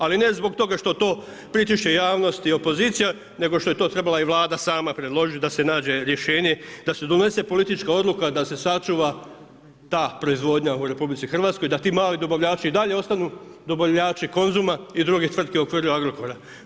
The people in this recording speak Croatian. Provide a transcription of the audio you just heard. Ali ne zbog toga što to pritišće javnost i opozicija nego što je to trebala i Vlada sama predložiti da se nađe rješenje, da se donese politička odluka da se sačuva ta proizvodnja u RH, da ti mali dobavljači i dalje ostanu dobavljači Konzuma i drugih tvrtki u okviru Agrokora.